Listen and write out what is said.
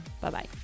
Bye-bye